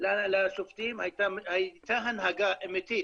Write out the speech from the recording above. לשופטים הייתה הנהגה אמיתית